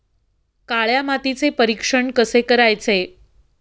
काळ्या मातीचे परीक्षण कसे करायचे?